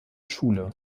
schule